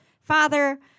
father